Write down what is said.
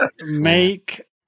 Make